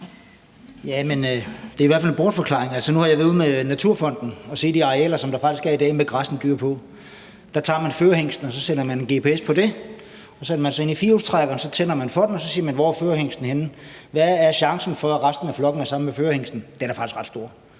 bortforklaring. Nu har jeg været ude med Naturfonden og set de arealer, som der faktisk er i dag, med græssende dyr på. Der tager man førerhingsten, og så sætter man en gps på den, og så sætter man sig ind i firehjulstrækkeren, og så tænder man for den, og så spørger man om, hvor førerhingsten er henne. Hvad er chancen for, at resten af flokken er sammen med førerhingsten? Den er faktisk ret stor.